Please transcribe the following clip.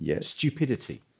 stupidity